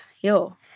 Yo